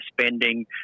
spending